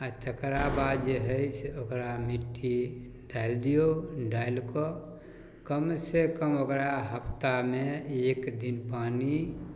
आओर तकरा बाद जे हइ से ओकरा मिट्टी डालि दिऔ डालिकऽ कमसँ कम ओकरा हफ्तामे एक दिन पानी